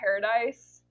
Paradise